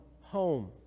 home